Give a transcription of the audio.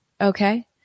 Okay